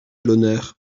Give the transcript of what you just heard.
l’honneur